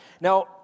Now